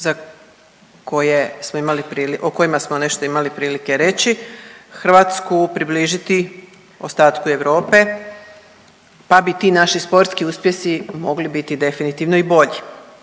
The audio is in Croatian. o kojima smo nešto imali prilike reći, Hrvatsku približiti ostatku Europe, pa bi ti naši sportski uspjesi mogli biti definitivno i bolji,